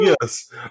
Yes